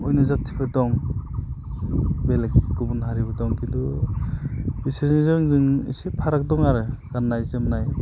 अयन' जाथिफोर दं बेलेग गुबुन हारिफोर दं खिन्थु बिसोरजों जों एसे फाराग दङ आरो गाननाय जोमनाय